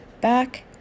back